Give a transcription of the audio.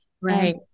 Right